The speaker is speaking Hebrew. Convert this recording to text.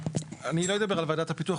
אני לא אדבר על ועדת הפיתוח.